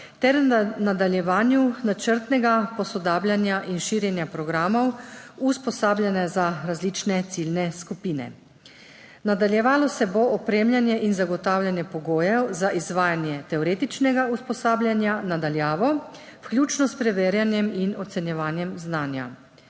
ter nadaljevanju načrtnega posodabljanja in širjenja programov usposabljanja za različne ciljne skupine. Nadaljevalo se bo opremljanje in zagotavljanje pogojev za izvajanje teoretičnega usposabljanja na daljavo, vključno s preverjanjem in ocenjevanjem znanja.